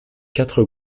quatre